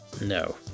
No